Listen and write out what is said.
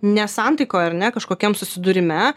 nesantaikoj ar ne kažkokiam susidūrime